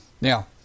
Now